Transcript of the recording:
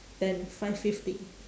than five fifty